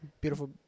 beautiful